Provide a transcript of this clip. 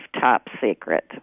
top-secret